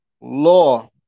law